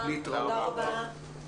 נעולה.